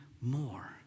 more